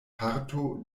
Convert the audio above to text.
parto